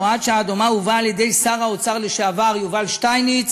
הוראת שעה דומה הובאה על-ידי שר האוצר לשעבר יובל שטייניץ